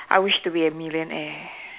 I wish to be a millionaire